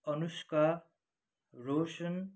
Anushka Roshan